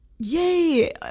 Yay